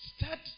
start